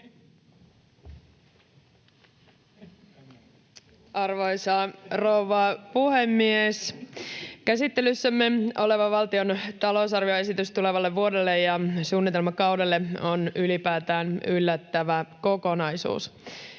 Arvoisa rouva puhemies! Käsittelyssämme oleva valtion talousarvioesitys tulevalle vuodelle ja suunnitelmakaudelle on ylipäätään yllättävä kokonaisuus.